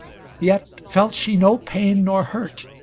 yet felt she no pain nor hurt,